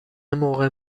موقع